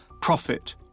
profit